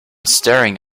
staring